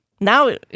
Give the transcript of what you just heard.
Now